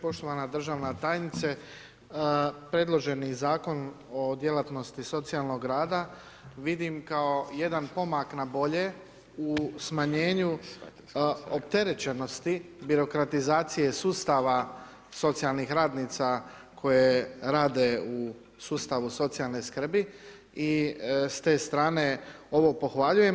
Poštovana državna tajnice, predloženi Zakon o djelatnosti socijalnog rada vidim kao jedan pomak na bolje u smanjenju opterećenosti birokratizacije sustava socijalnih radnica koje rade u sustavu socijalne skrbi i s te strane ovo pohvaljujem.